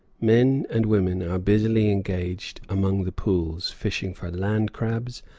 men and women are busily engaged among the pools, fishing for land-crabs,